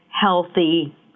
healthy